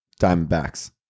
Diamondbacks